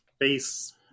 face